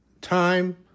Time